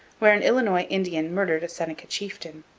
where an illinois indian murdered a seneca chieftain.